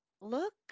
look